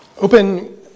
open